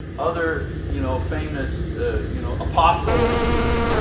other you know famous you know apostles,